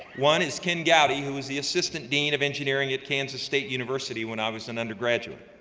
one is ken gaudi who is the assistant dean of engineering at kansas state university when i was an undergraduate.